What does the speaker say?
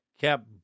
Kept